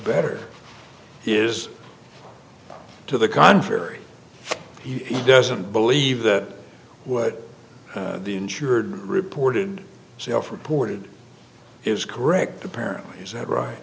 better years to the contrary he doesn't believe that what the insured reported so for ported is correct apparently is that right